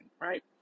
right